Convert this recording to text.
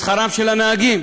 בשכרם של הנהגים.